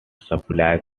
supplies